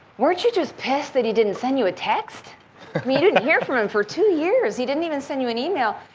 weren't you just pissed that he didn't send you a text? you didn't hear from him for two years. he didn't even send you an email.